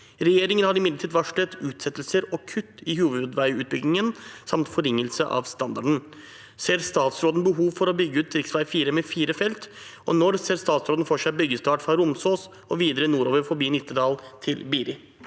Regjeringen har imidlertid varslet utsettelser og kutt i hovedveiutbyggingen samt forringelse av standarden. Ser statsråden behov for å bygge ut rv. 4 med fire felt, og når ser statsråden for seg byggestart fra Romsås og videre nordover forbi Nittedal til Biri?»